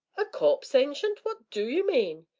a corpse, ancient what do you mean?